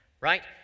right